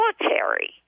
military